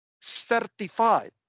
certified